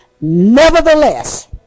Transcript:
nevertheless